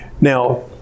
Now